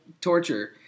torture